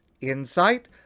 insight